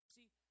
See